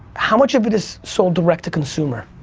how much of it is sold direct to consumer?